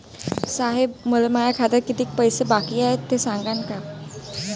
साहेब, मले माया खात्यात कितीक पैसे बाकी हाय, ते सांगान का?